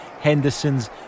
Henderson's